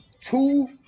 two